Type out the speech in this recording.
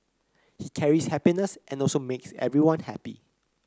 he carries happiness and also makes everyone happy